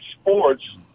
sports